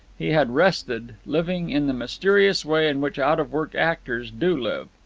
he had rested, living in the mysterious way in which out-of-work actors do live.